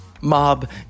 mob